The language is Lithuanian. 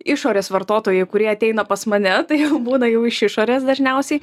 išorės vartotojai kurie ateina pas mane tai jau būna jau iš išorės dažniausiai